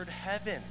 heaven